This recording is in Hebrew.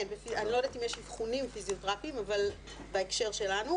אני לא יודעת אם יש אבחונים פיזיוטרפים בהקשר שלנו,